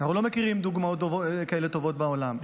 אנחנו לא מכירים דוגמאות טובות כאלה בעולם.